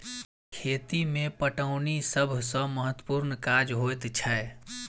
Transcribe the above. खेती मे पटौनी सभ सॅ महत्त्वपूर्ण काज होइत छै